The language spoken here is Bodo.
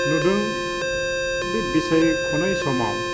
नुदों बे बिसायख'थिनि समाव